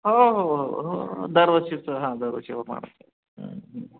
हो हो हो हो हो दरवर्षीचं हां दरवर्षी हो मा